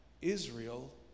Israel